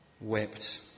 wept